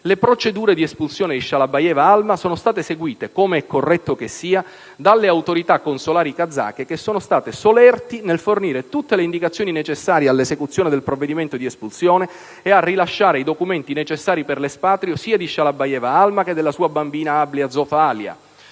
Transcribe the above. le procedure di espulsione di Shalabayeva Alma sono state eseguite, come è corretto che sia, dalle autorità consolari kazake che sono state solerti nel fornire tutte le indicazioni necessarie all'esecuzione del provvedimento di espulsione ed a rilasciare i documenti necessari per l'espatrio sia di Shalabayeva Alma che della sua bambina Ablyazov Alia.